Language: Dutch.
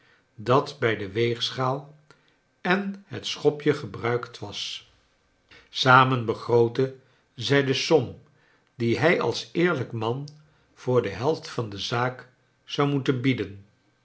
dat bij de weegschaal en het sohopje gebruikt was samen begrootten zij de som die hij als eerlijk man voor de helft van de zaak zou moeten bieden